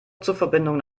zugverbindungen